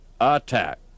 attack